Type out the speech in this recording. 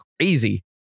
crazy